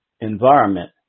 environment